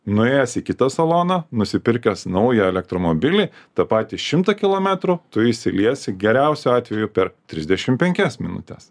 nuėjęs į kitą saloną nusipirkęs naują elektromobilį tą patį šimtą kilometrų tu išsiliesi geriausiu atveju per trisdešimt penkias minutes